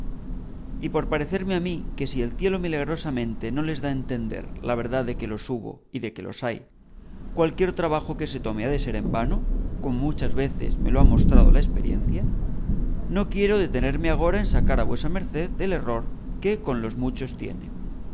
y por parecerme a mí que si el cielo milagrosamente no les da a entender la verdad de que los hubo y de que los hay cualquier trabajo que se tome ha de ser en vano como muchas veces me lo ha mostrado la experiencia no quiero detenerme agora en sacar a vuesa merced del error que con los muchos tiene